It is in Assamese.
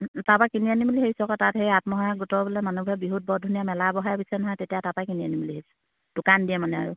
তাপা কিনি আনিম বুলি ভাবিছো আকৌ তাত সেই আত্মসহায়ক গোটৰ বোলে মানুহে বিহুত বৰ ধুনীয়া মেলা